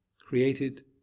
created